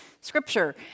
Scripture